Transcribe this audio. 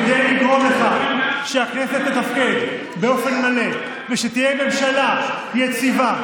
כדי לגרום לכך שהכנסת תתפקד באופן מלא ושתהיה ממשלה יציבה,